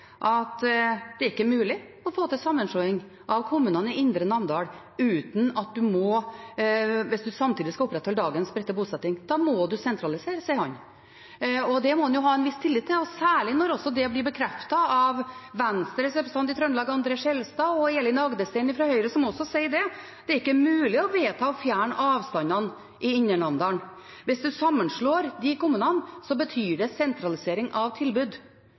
er mulig å få til sammenslåing av kommunene i Indre Namdal hvis man samtidig skal opprettholde dagens spredte bosetting. Da må man sentralisere, sier han. Og det må en jo ha en viss tillit til, særlig når det også blir bekreftet av Venstres representant i Trøndelag, André Skjelstad, og Elin Rodum Agdestein fra Høyre – som også sier det. Det er ikke mulig å vedta å fjerne avstandene i Indre Namdal. Hvis man slår sammen disse kommunene, betyr det sentralisering av tilbud.